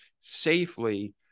safely